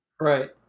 Right